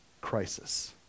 crisis